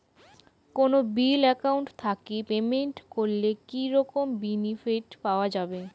কোনো bill account থাকি payment করলে কি রকম বেনিফিট পাওয়া য়ায়?